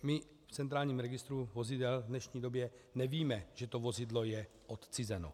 My v centrálním registru vozidel v dnešní době nevíme, že to vozidlo je odcizeno.